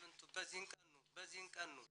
הוא רצה להחליף את הדירה לדירה יותר גדולה,